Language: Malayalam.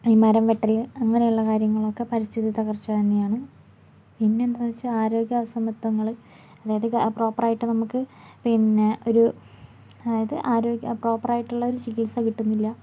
ഈ മരം വെട്ടൽ അങ്ങനെയുള്ള കാര്യങ്ങളൊക്കെ പരിസ്ഥിതിത്തകർച്ച തന്നെയാണ് പിന്നെ എന്താണെന്ന് വച്ചാൽ ആരോഗ്യ അസമത്വങ്ങൾ അതായത് പ്രോപ്പർ ആയിട്ട് നമുക്ക് പിന്നെ ഒരു അതായത് ആരോഗ്യ പ്രോപ്പറായിട്ടുള്ള ഒരു ചികിത്സ കിട്ടുന്നില്ല